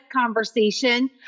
conversation